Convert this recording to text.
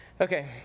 okay